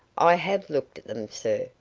i have looked at them, sir,